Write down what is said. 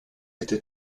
était